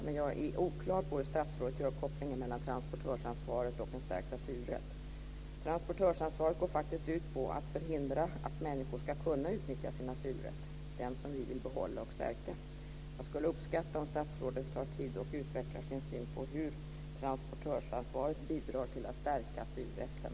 Men jag är oklar på hur statsrådet gör kopplingen mellan transportörsansvaret och en stärkt asylrätt. Transportörsansvaret går faktiskt ut på att förhindra att människor ska kunna utnyttja sin asylrätt, dvs. den som vi vill behålla och stärka. Jag skulle uppskatta om statsrådet kunde ta sig tid att utveckla sin syn på hur transportörsansvaret bidrar till att stärka asylrätten.